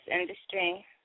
industry